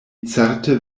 certe